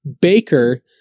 baker